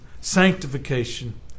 sanctification